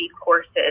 courses